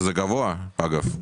שזה גבוה אגב.